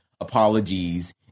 apologies